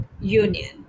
union